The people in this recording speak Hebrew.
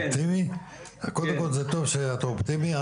זה טוב שאתה אופטימי.